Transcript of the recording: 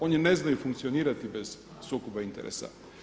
Oni ne znaju funkcionirati bez sukoba interesa.